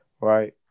right